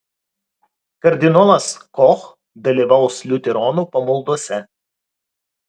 kardinolas koch dalyvaus liuteronų pamaldose